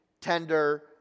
tender